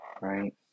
right